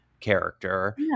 character